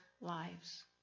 lives